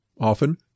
Often